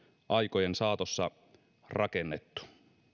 aikojen saatossa rakennettu